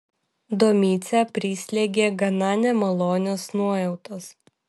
domicę prislėgė gana nemalonios nuojautos